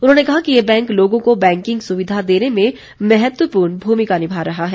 उन्होंने कहा कि ये बैंक लोगों को बैंकिंग सुविधा देने में महत्वपूर्ण भूमिका निभा रहा है